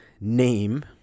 name